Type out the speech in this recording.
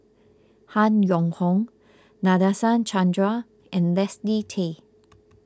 Han Yong Hong Nadasen Chandra and Leslie Tay